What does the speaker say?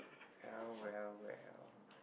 well well well